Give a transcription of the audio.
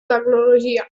tecnologia